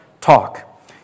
talk